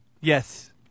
Yes